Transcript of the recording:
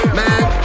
man